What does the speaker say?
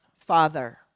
Father